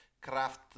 craft